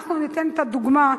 אנחנו ניתן את הדוגמה,